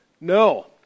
No